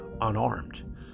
unarmed